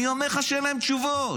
אני אומר לך שאין להם תשובות.